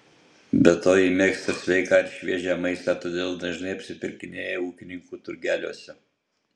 be to ji mėgsta sveiką ir šviežią maistą todėl dažnai apsipirkinėja ūkininkų turgeliuose